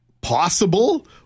possible